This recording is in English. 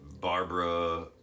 Barbara